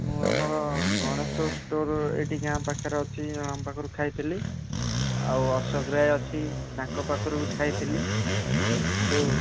ମୁଁ ଆମର ଗଣେଶ ଷ୍ଟୋର୍ ଏଠି ଗାଁ ପାଖରେ ଅଛି ଆମ ପାଖରୁ ଖାଇଥିଲି ଆଉ ଅଶୋକରେ ଅଛି ତାଙ୍କ ପାଖରୁ ବି ଖାଇଥିଲି ଯୋଉ